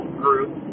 group